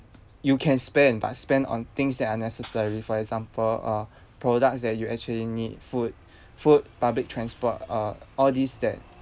you can spend but spend on things that are necessary for example uh products that you actually need food food public transport uh all these that